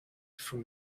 from